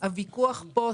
הוויכוח פה,